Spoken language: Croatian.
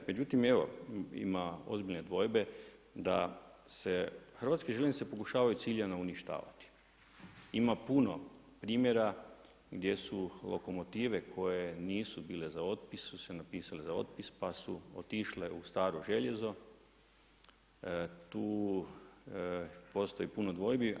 Međutim evo ima ozbiljne dvojbe da se HŽ pokušavaju ciljano uništavati, ima puno primjera gdje su lokomotive koje nisu bile za otpis su se napisale za otpis pa su otišle u staro željezno, tu postoji puno dvojbi.